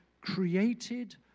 created